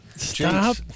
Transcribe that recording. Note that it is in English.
Stop